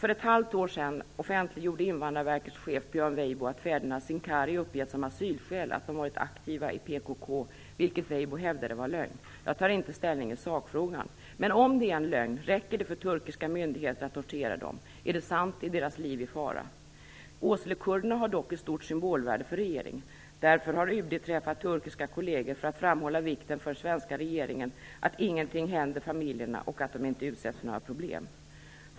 För ett halvt år sedan offentliggjorde Invandrarverkets chef, Björn Weibo, att fäderna Sincari uppgett som asylskäl att de varit aktiva i PKK, vilket Weibo hävdade var lögn. Jag tar inte ställning i sakfrågan. Men om det är en lögn räcker det för turkiska myndigheter att tortera dem - är det sant är deras liv i fara. Åselekurderna har dock ett stort symbolvärde för regeringen. Därför har UD träffat turkiska kolleger för att framhålla vikten för svenska regeringen att ingenting händer familjerna och att de inte utsätts för några problem.